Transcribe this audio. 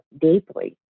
deeply